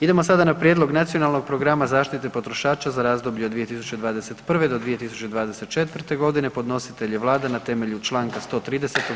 Idemo sada na: - Prijedlog Nacionalnog programa zaštite potrošača za razdoblje od 2021.-2024.g. Podnositelj je Vlada na temelju čl. 130.